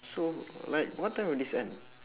so like what time will this end